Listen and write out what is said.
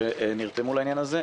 שנרתמו לעניין הזה.